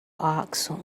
ask